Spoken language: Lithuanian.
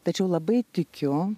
tačiau labai tikiu